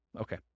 Okay